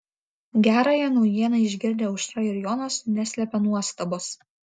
gerąją naujieną išgirdę aušra ir jonas neslėpė nuostabos